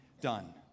done